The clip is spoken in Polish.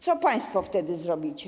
Co państwo wtedy zrobicie?